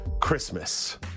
Christmas